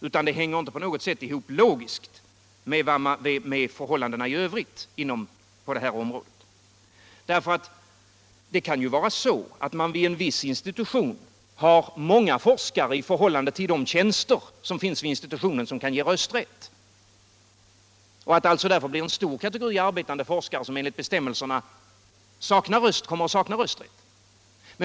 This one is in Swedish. Resonemanget hänger inte heller på något sätt ihop logiskt med förhållandena i övrigt på det här området. Det kan ju vara så att man vid en viss institution har många forskare i förhållande till de tjänster vid institutionen som kan ge rösträtt och att alltså en stor kategori arbetande forskare enligt bestämmelserna — Nr 134 kommer att sakna rösträtt.